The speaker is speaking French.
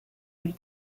lui